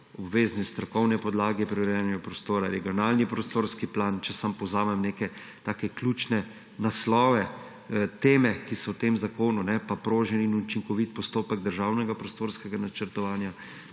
obvezne strokovne podlage pri urejanju prostora, regionalni prostorski plan, če samo povzamem neke take ključne naslove, teme, ki so v tem zakonu, pa prožen in učinkovit postopek državnega prostorskega načrtovanja,